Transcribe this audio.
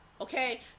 okay